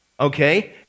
Okay